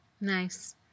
Nice